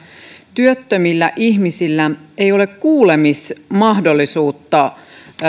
työttömillä ihmisillä ei ole kuulemismahdollisuutta